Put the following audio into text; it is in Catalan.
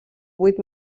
vuit